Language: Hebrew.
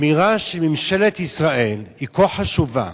אמירה של ממשלת ישראל היא כה חשובה,